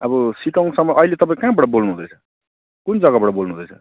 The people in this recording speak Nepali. अब सिटोङसम्म अहिले तपाईँ कहाँबाट बोल्नु हुँदैछ कुन जगाबाट बोल्नु हुँदैछ